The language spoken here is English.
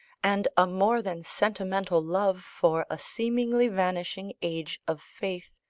and a more than sentimental love for a seemingly vanishing age of faith,